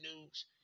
news